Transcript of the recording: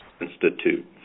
Institute